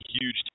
huge